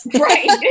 Right